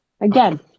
again